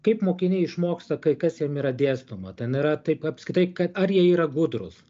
kaip mokiniai išmoksta kai kas jiem yra dėstoma ten yra taip apskritai kad ar jie yra gudrūs